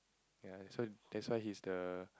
ya so that's why he's the